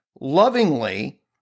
lovingly